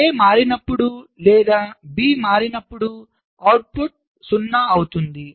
A మారినప్పుడు లేదా B మారినప్పుడు అవుట్పుట్ 0 అవుతుంది